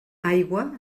aigua